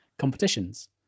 competitions